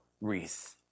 wreath